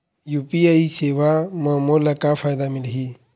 UPI सेवा म मोला का फायदा मिलही?